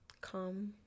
calm